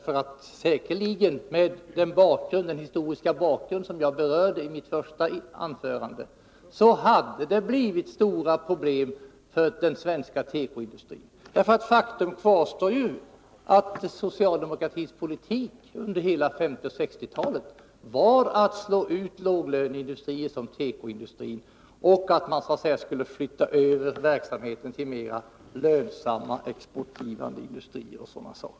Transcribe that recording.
Med tanke på den historiska bakgrund som jag berörde i mitt första anförande hade det även då blivit stora problem för den svenska tekoindustrin, för faktum kvarstår att socialdemokratins politik under hela 1950 och 1960-talet var att slå ut låglöneindustrier som tekoindustrin, att flytta över verksamheter till mera lönsamma exportindustrier och sådant.